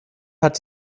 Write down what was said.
hat